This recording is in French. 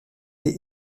est